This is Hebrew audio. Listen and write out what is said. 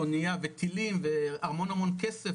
אוניה וטילים והמון המון כסף,